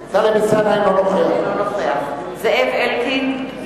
אינו נוכח זאב אלקין,